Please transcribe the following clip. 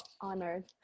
honored